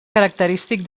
característic